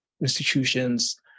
institutions